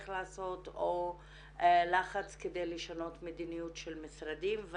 לעשות או לחץ כדי לשנות מדיניות של משרדים.